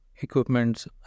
equipments